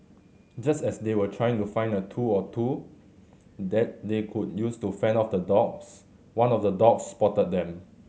just as they were trying to find a tool or two that they could use to fend off the dogs one of the dogs spotted them